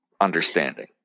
understanding